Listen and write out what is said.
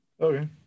Okay